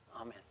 Amen